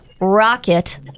rocket